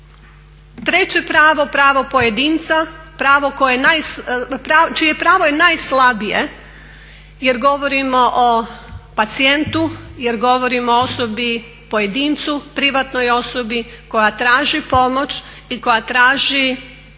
Treće pravo, pravo pojedinca, čije pravo je najslabije jer govorimo o pacijentu, jer govorimo o osobi pojedincu, privatnoj osobi koja traži pomoć i koja traži